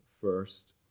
first